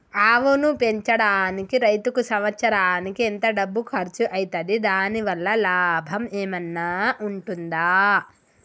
ఆవును పెంచడానికి రైతుకు సంవత్సరానికి ఎంత డబ్బు ఖర్చు అయితది? దాని వల్ల లాభం ఏమన్నా ఉంటుందా?